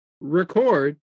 record